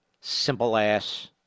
simple-ass